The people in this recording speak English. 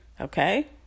okay